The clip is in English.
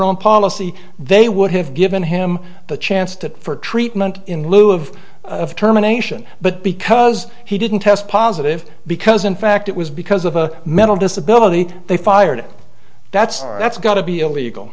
own policy they would have given him the chance to for treatment in lieu of terminations but because he didn't test positive because in fact it was because of a mental disability they fired him that's that's got to be illegal